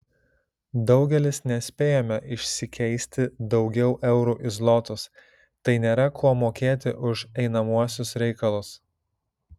daugelis nespėjome išsikeisti daugiau eurų į zlotus tai nėra kuo mokėti už einamuosius reikalus